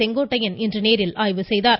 செங்கோட்டையன் இன்று நேரில் ஆய்வு செய்தார்